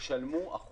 ישלמו החובה,